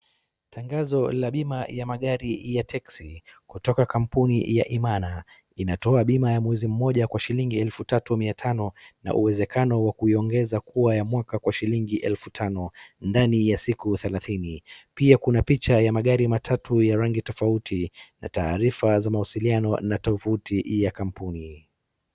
Tangazo la bima ya magari ya teksi kutoka kampuni ya IMANA inatoa bima ya mwezi moja kwa shilingi elfu tatu miatano na uwezekano wa kuiongeza kuwa ya mwaka kwa shilingi elfu tano ndani ya siku thelathini. Pia kuna picha ya magari matatu ya rangi tofauti na taarifa za mwasiliano na tovuti ya kampuni.